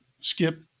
Skip